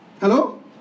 Hello